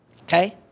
okay